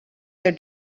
their